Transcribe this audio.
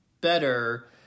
better